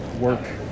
work